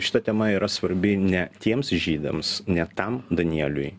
šita tema yra svarbi ne tiems žydams ne tam danieliui